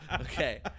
Okay